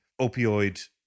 opioid